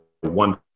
one